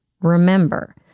Remember